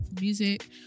Music